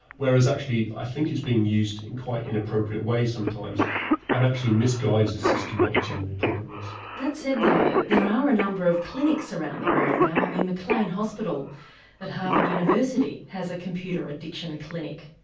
whereas i think it's being used in quite inappropriate ways sometimes and actually misguides us as to what the general and problem is. that said though there are a number of clinics around the world now, i mean maclean hospital at harvard university has a computer addiction clinic.